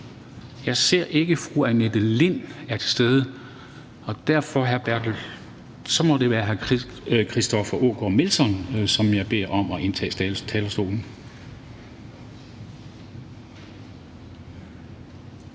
Jeg ser ikke, at fru Annette Lind er til stede, og derfor må det være hr. Christoffer Aagaard Melson, som jeg beder om at indtage talerstolen.